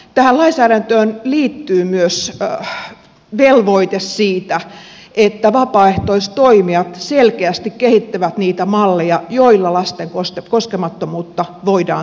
tähän lainsäädäntöön liittyy myös velvoite siitä että vapaaehtoistoimijat selkeästi kehittävät niitä malleja joilla lasten koskemattomuutta voidaan turvata